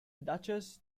duchess